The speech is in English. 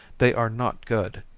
they are not good.